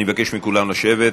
אני מבקש מכולם לשבת.